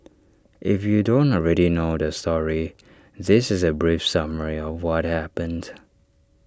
if you don't already know the story this is A brief summary of what happened